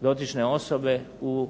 dotične osobe u